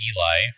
Eli